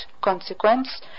consequence